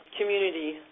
community